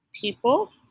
people